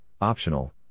optional